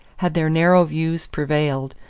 had their narrow views prevailed,